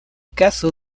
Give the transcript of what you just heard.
caso